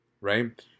Right